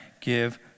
give